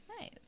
Nice